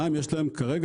דבר שני,